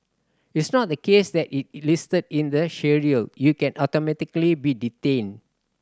it's not the case that it listed in the schedule you can automatically be detained